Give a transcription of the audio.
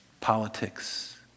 politics